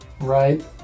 right